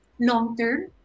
long-term